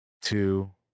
two